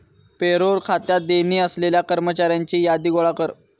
payroll खात्यात देणी असलेल्या कर्मचाऱ्यांची यादी गोळा कर